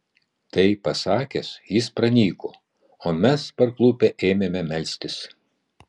tai pasakęs jis pranyko o mes parklupę ėmėme melstis